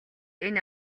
энэ